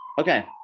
Okay